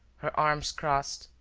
her arms crossed,